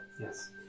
Yes